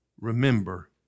remember